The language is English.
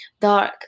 dark